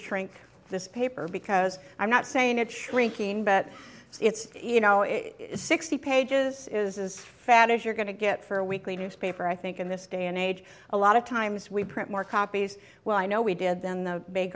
shrink this paper because i'm not saying it shrinking but it's you know it's sixty pages is faddish you're going to get for a weekly newspaper i think in this day and age a lot of times we print more copies well i know we did then the b